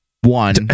One